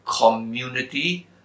community